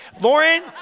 Lauren